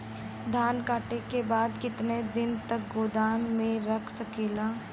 धान कांटेके बाद कितना दिन तक गोदाम में रख सकीला?